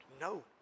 No